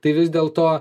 tai vis dėlto